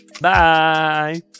Bye